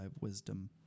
wisdom